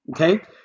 okay